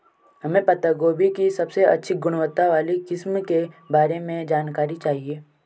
हमें पत्ता गोभी की सबसे अच्छी गुणवत्ता वाली किस्म के बारे में जानकारी चाहिए?